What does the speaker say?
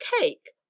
cake